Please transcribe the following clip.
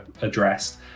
addressed